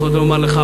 אני רוצה לומר לך,